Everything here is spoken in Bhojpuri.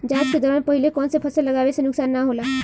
जाँच के दौरान पहिले कौन से फसल लगावे से नुकसान न होला?